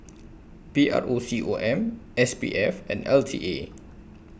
P R O C O M S P F and L T A